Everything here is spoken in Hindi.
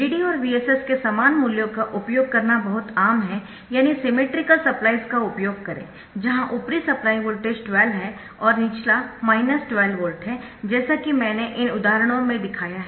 VDD और VSS के समान मूल्यों का उपयोग करना बहुत आम है यानी सिमेट्रिकल सप्लाइज का उपयोग करें जहां ऊपरी सप्लाई वोल्टेज 12 है और निचला 12 है जैसा कि मैंने इन उदाहरणों में दिखाया है